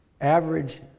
average